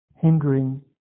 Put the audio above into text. hindering